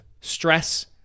stress